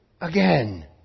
again